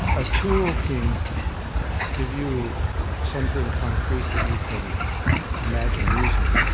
a tool can give you something concrete that you can imagine using,